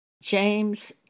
James